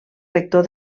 rector